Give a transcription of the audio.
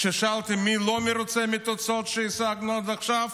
כששאלתי מי לא מרוצה מהתוצאות שהשגנו עד עכשיו,